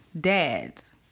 dads